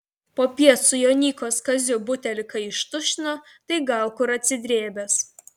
popiet su jonykos kaziu butelį kai ištuštino tai gal kur atsidrėbęs